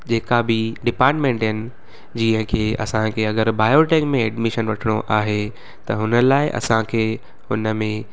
जेका बि डिपाटमेंट आहिनि जीअं की असांखे अगरि बायोटैक में एडमिशन वठणो आहे त हुन लाइ असांखे हुन में